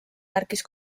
märkis